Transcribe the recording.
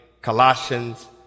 Colossians